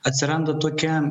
atsiranda tokia